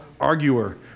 arguer